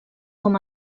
com